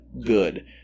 good